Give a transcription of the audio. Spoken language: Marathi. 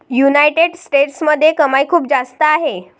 युनायटेड स्टेट्समध्ये कमाई खूप जास्त आहे